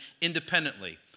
independently